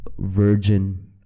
Virgin